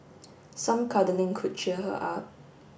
some cuddling could cheer her up